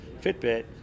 Fitbit